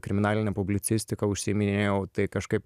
kriminaline publicistika užsiiminėjau tai kažkaip